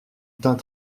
teint